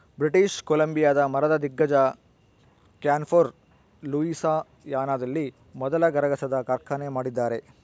British ಕೊಲಂಬಿಯಾದ ಮರದ ದಿಗ್ಗಜ ಕ್ಯಾನ್ಫೋರ್ ಲೂಯಿಸಿಯಾನದಲ್ಲಿ ಮೊದಲ ಗರಗಸದ ಕಾರ್ಖಾನೆ ಮಾಡಿದ್ದಾರೆ